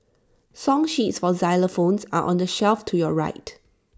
song sheets for xylophones are on the shelf to your right